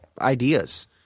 ideas